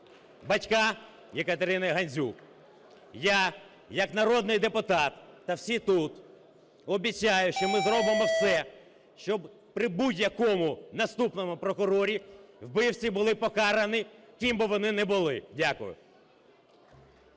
батька Екатерины Гандзюк. Я як народний депутат та всі тут обіцяю, що ми зробимо все, щоб при будь-якому наступному прокурорі вбивці були покарані, ким би вони не були. Дякую.